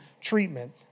treatment